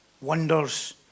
wonders